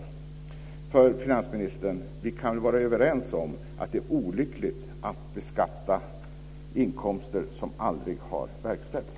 Vi kan väl, finansministern, vara överens om att det är olyckligt att beskatta inkomster som aldrig har verkställts?